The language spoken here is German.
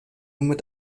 mit